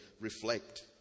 Reflect